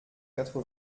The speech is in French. quatre